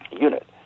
unit